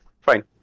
fine